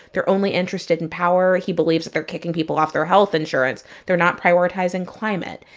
they're only interested in power. he believes that they're kicking people off their health insurance. they're not prioritizing climate.